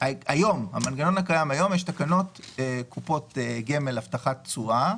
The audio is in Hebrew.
היום יש תקנות קופות גמל (זקיפת תשואה)